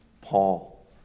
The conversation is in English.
Paul